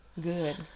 Good